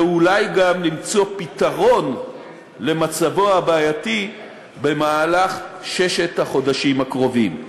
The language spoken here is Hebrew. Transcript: ואולי גם למצוא פתרון למצבו הבעייתי במהלך ששת החודשים הקרובים.